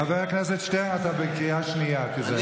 חבר הכנסת שטרן, אתה בקריאה שנייה, תיזהר.